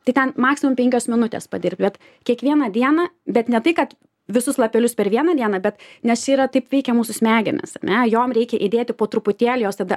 tai ten maksimum penkios minutės padirbėt kiekvieną dieną bet ne tai kad visus lapelius per vieną dieną bet nes čia yra taip veikia mūsų smegenys ar ne jom reikia įdėti po truputėlį jos tada